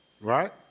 Right